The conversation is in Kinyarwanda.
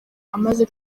amaze